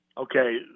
okay